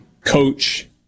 coach